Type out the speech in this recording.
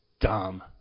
dumb